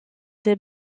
des